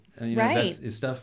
Right